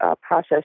process